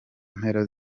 mpera